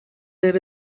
there